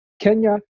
Kenya